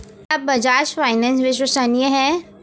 क्या बजाज फाइनेंस विश्वसनीय है?